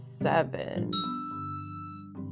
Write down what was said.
seven